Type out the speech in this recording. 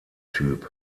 typ